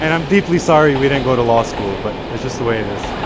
and i'm deeply sorry we didn't go to law school, but it's just the way it is.